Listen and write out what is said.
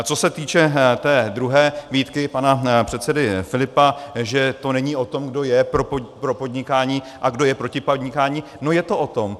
Co se týče té druhé výtky pana předsedy Filipa, že to není o tom, kdo je pro podnikání a kdo je proti podnikání, no je to o tom.